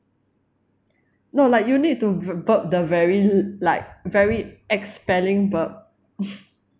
no like you need to burp the very like very expelling burp